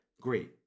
great